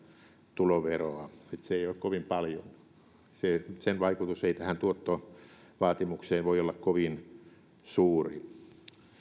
tuloveroa se ei ole kovin paljon sen vaikutus ei tähän tuottovaatimukseen voi olla kovin suuri